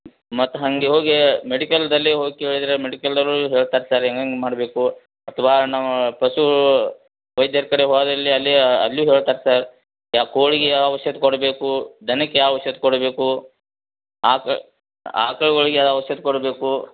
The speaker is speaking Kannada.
ಮತ್ತು ಹೇಗೆ ಹೋಗಿ ಮೆಡಿಕಲ್ದಲ್ಲಿ ಹೋಗಿ ಕೇಳಿದರೆ ಮೆಡಿಕಲ್ದವರು ಹೇಳ್ತತ್ತರೆ ಹಿಂಗಿಂಗ್ ಮಾಡಬೇಕು ಅಥ್ವಾ ನಾವು ಪಶು ವೈದ್ಯರ ಕಡೆ ಹೋದಲ್ಲಿ ಅಲಿಯ ಅಲ್ಲು ಹೇಳ್ತತ್ತರ್ ಯಾ ಕೋಳಿಗೆ ಔಷಧ ಕೊಡಬೇಕು ದನಕ್ಕೆ ಯಾವ ಔಷಧ ಕೊಡಬೇಕು ಆಕ ಆಕಳ್ಗಯಾ ಯಾವ ಔಷಧ ಕೊಡಬೇಕು